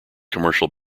commercial